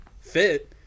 fit